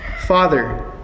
Father